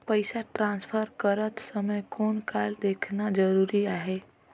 पइसा ट्रांसफर करत समय कौन का देखना ज़रूरी आहे?